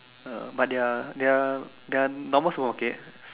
uh but their their their their normal supermarket